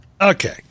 Okay